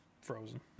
frozen